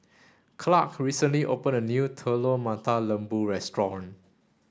Clark recently opened a new Telur Mata Lembu restaurant